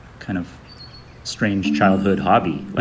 kind of strange childhood hobby, like